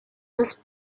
was